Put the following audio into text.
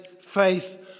faith